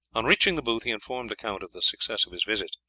on reaching the booth he informed the count of the success of his visits.